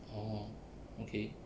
orh okay